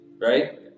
right